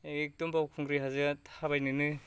एकदम बावखुंग्रि हाजोआ थाबायनोनो